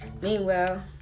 Meanwhile